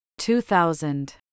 2000